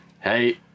hey